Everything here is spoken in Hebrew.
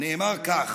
נאמר כך: